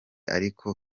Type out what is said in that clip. ariko